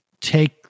take